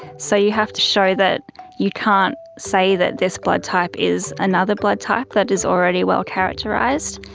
so you have to show that you can't say that this blood type is another blood type that is already well characterised.